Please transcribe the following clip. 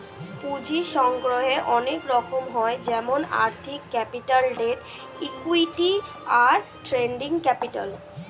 পুঁজির সংগ্রহের অনেক রকম হয় যেমন আর্থিক ক্যাপিটাল, ডেট, ইক্যুইটি, আর ট্রেডিং ক্যাপিটাল